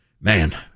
man